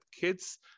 kids